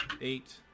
Eight